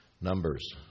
Numbers